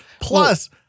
plus